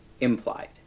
implied